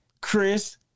Chris